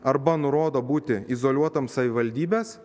arba nurodo būti izoliuotam savivaldybės